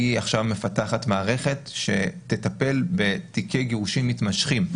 היא עכשיו מפתחת מערכת שתטפל בתיקי גירושין מתמשכים.